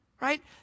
right